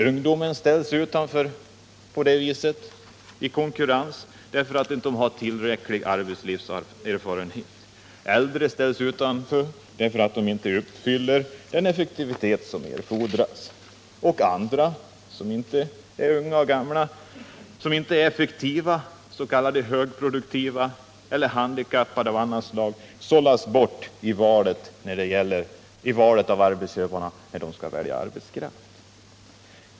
Ungdomar ställs utanför i konkurrensen därför att de inte har tillräcklig arbetslivserfarenhet. Äldre ställs utanför därför att de inte har den effektivitet som erfordras. Även andra som inte är effektiva, s.k. högproduktiva, t.ex. handikappade, sållas bort av arbetsköparna när de skall välja arbetskraft.